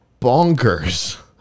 bonkers